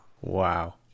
Wow